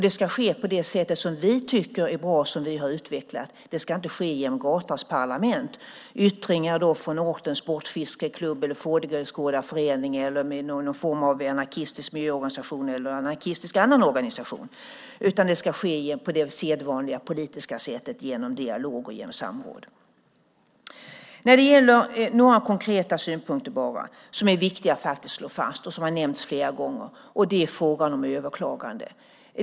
Det ska ske på det sätt som vi tycker är bra och som vi har utvecklat, inte genom gatans parlament - yttringar från ortens sportfiskeklubb, fågelskådarförening, någon form av anarkistisk miljöorganisation eller annan anarkistisk organisation - utan det ska ske på det sedvanliga politiska sättet genom dialog och samråd. Jag har bara några konkreta synpunkter som faktiskt är viktiga att slå fast och som har nämnts flera gånger. Det är frågan om överklagande.